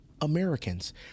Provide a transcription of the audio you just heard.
Americans